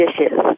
dishes